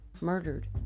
murdered